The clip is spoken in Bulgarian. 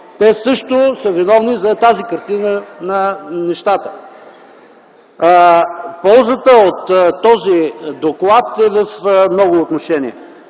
Те също са виновни за тази картина на нещата. Ползата от този доклад е в много отношения.